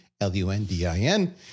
L-U-N-D-I-N